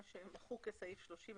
מה שמחוק כסעיף 30,